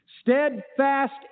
steadfast